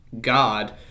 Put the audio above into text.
God